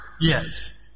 Yes